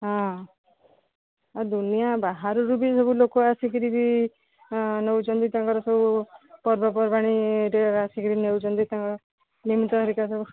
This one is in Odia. ହଁ ଆଉ ଦୁନିଆ ବାହାରୁ ବି ସବୁ ଲୋକ ଆସିକିରି ବି ନେଉଛନ୍ତି ତାଙ୍କର ସବୁ ପର୍ବପର୍ବାଣିରେ ଆସିକିରି ନେଉଛନ୍ତି ତାଙ୍କ ନିମିତ ହେରିକା ସବୁ